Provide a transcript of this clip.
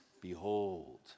Behold